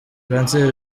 cancer